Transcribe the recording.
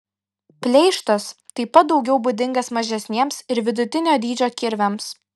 pleištas taip pat daugiau būdingas mažesniems ir vidutinio dydžio kirviams